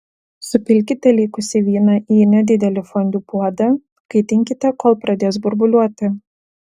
supilkite likusį vyną į nedidelį fondiu puodą kaitinkite kol pradės burbuliuoti